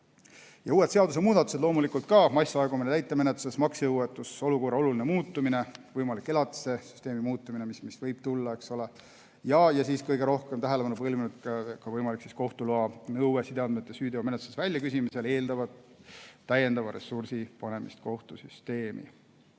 Ja uued seadusemuudatused loomulikult ka. Massiline aegumine täitemenetluses, maksejõuetuse olukorra oluline muutumine, võimalik elatisesüsteemi muutmine, mis võib tulla, ja kõige rohkem tähelepanu pälvinud võimalik kohtu loa nõue sideandmete süüteomenetluses väljaküsimisel – kõik see eeldab täiendava ressursi panemist kohtusüsteemi.